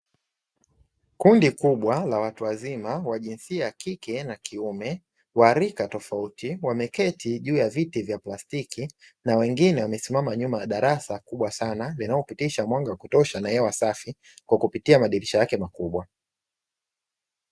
Kundi kubwa la watu wazima wa jinsia ya kike na kiume wa rika tofauti, wameketi juu ya viti vya plastiki, na wengine wamesimama nyuma ya darasa kubwa sana, linaopitisha mwanga wa kutosha na hewa safi kwa kupitia madirisha yake makubwa.